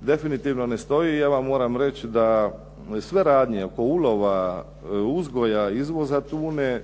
definitivno ne stoji. Ja vam moram reći da sve radnje oko ulova, uzgoja i izvoza tune